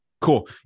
Cool